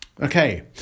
okay